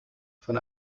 von